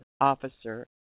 officer